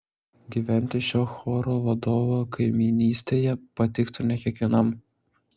gyventi šio choro vadovo kaimynystėje patiktų ne kiekvienam